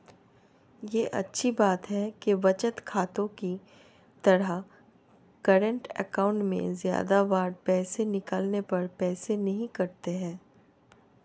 ये अच्छी बात है कि बचत खाते की तरह करंट अकाउंट में ज्यादा बार पैसे निकालने पर पैसे नही कटते है